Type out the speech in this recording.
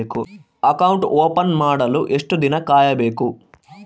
Account open ಮಾಡಲು ಎಷ್ಟು ದಿನ ಕಾಯಬೇಕು?